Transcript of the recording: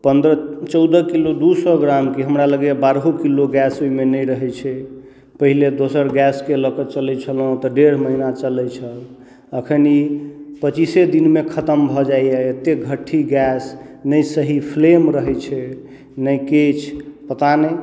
पन्द्रह चौदह किलो दू सए ग्राम की हमरा लगैए बारहो किलो गैस ओइमे नहि रहै छै पहिले दोसर गैसके लऽके चलै छलहुँ तऽ डेढ़ महीना चलै छल एखन ई पच्चीसे दिनमे खतम भऽ जाइए एते घट्टी गैस ने सही फ्लैम रहै छै ने किछु पता नहि